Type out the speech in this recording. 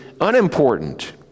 unimportant